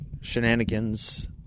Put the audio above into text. shenanigans